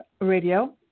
radio